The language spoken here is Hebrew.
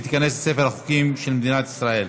והיא תיכנס לספר החוקים של מדינת ישראל.